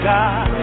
God